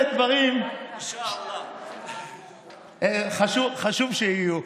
אלה דברים שחשוב שיהיו.